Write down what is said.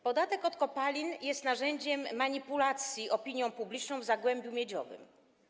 Podatek od kopalin jest narzędziem manipulacji opinią publiczną w zagłębiu miedziowym.